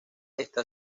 está